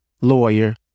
lawyer